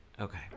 Okay